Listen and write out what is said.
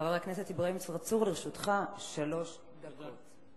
חבר הכנסת אברהים צרצור, לרשותך שלוש דקות.